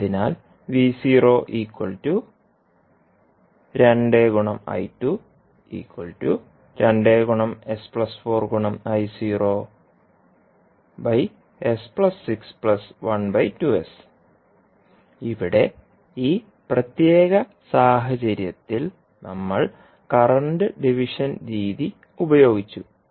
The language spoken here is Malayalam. അതിനാൽ ഇവിടെ ഈ പ്രത്യേക സാഹചര്യത്തിൽ നമ്മൾ കറന്റ് ഡിവിഷൻ രീതി ഉപയോഗിച്ചു